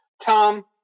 Tom